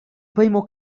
primo